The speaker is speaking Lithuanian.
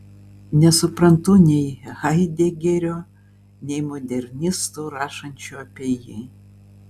nesuprantu nei haidegerio nei modernistų rašančių apie jį